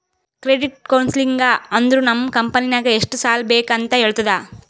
credit counselling ಅಂದುರ್ ನಮ್ ಕಂಪನಿಗ್ ಎಷ್ಟ ಸಾಲಾ ಬೇಕ್ ಅಂತ್ ಹೇಳ್ತುದ